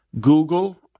Google